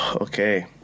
Okay